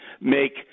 make